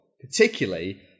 particularly